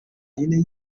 yine